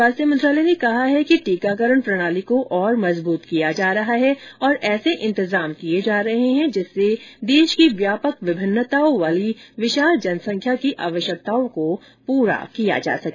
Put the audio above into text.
स्वास्थ्य मंत्रालय ने कहा है कि टीकाकरण प्रणाली को और मजबूत किया जा रहा है और ऐसे इंतजाम किए जा रहे हैं जिससे देश की व्यापक विभिन्नताओं वाली विशाल जनसंख्या की आवश्यकताओं को पूरा किया जा सके